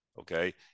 Okay